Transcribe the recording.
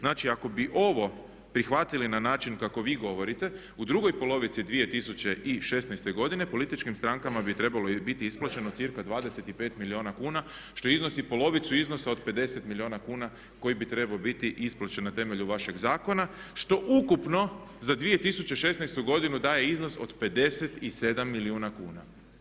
Znači, ako bi ovo prihvatili na način kako vi govorite u drugoj polovici 2016. godine političkim strankama bi trebalo biti isplaćeno cirka 25 milijuna kuna što iznosi polovicu iznosa od 50 milijuna kuna koji bi trebao biti isplaćen na temelju vašeg zakona što ukupno za 2016. godinu daje iznos od 57 milijuna kuna.